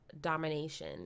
domination